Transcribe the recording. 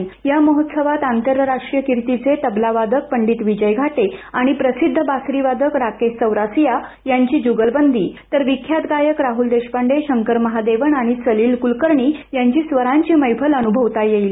या ऑनलाईन महोत्सवात आंतरराष्ट्रीय किर्तीचे तबलावादक पंडित विजय घाटे आणि प्रसिद्ध बासरीवादक राकेश चौरासिया यांची जुगलबंदी तर विख्यात गायक राहल देशपांडे शंकर महादेवन आणि सलील कृलकर्णी यांची स्वरांची मैफल अनुभवता येणार आहे